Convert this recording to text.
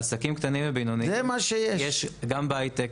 עסקים קטנים ובינוניים יש גם בהייטק,